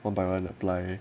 one by one apply